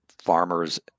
Farmers